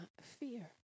fear